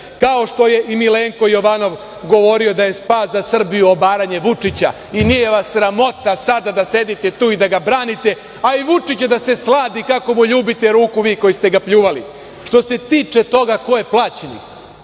kao što je i Milenko Jovanov govorio da je spas za Srbiju obaranje Vučića i nije vas sramota sada da sedite tu i da ga branite, a i Vučić da se sladi kako mu ljubite ruku vi koji ste ga pljuvali. Što se tiče toga ko je plaćenik,